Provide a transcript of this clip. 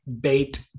bait